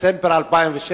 דצמבר 2007: